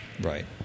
right